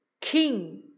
king